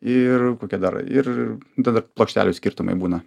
ir kokie dar ir nu tada plokštelių skirtumai būna